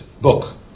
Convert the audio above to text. book